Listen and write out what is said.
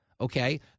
Okay